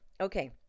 Okay